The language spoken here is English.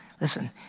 Listen